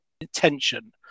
attention